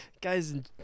guys